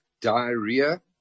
diarrhea